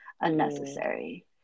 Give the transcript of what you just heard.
unnecessary